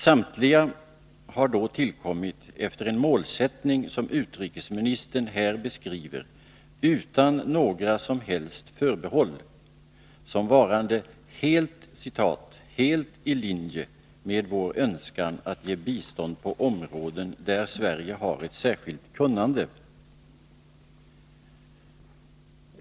Samtliga har då tillkommit efter en målsättning som utrikesministern här beskriver, utan några som helst förbehåll, som varande ”helt i linje med vår önskan att ge bistånd på områden där Sverige har ett särskilt kunnande”.